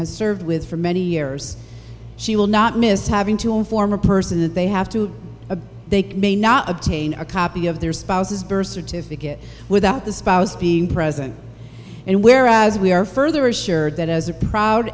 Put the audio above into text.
has served with for many years she will not miss having to inform a person that they have to a they may not obtain a copy of their spouse's birth certificate without the spouse being present and whereas we are further assured that as a proud